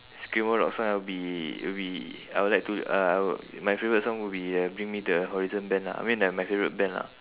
screamo rock song I will be will be I will like to uh I would my favourite song would be uh bring me the horizon band lah I mean they're my favourite band lah